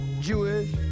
Jewish